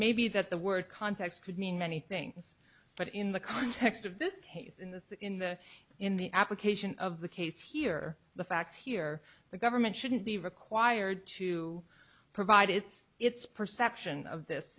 may be that the word context could mean many things but in the context of this case in this in the in the application of the case here the facts here the government shouldn't be required to provide its its perception of this